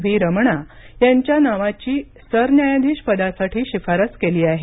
V Ramana यांच्या नावाची सरन्यायाधीश पदासाठी शिफारस यांनी केली आहे